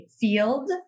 field